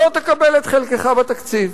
לא תקבל את חלקך בתקציב.